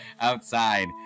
outside